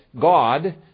God